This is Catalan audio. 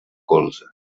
colze